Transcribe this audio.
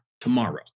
tomorrow